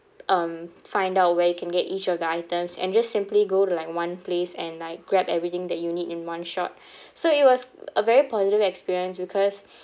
um find out where you can get each of the items and just simply go to like one place and like grab everything that you need in one shot so it was a very positive experience because